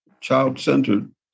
child-centered